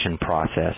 process